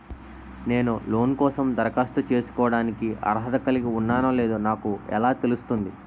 నేను లోన్ కోసం దరఖాస్తు చేసుకోవడానికి అర్హత కలిగి ఉన్నానో లేదో నాకు ఎలా తెలుస్తుంది?